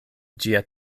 ĝia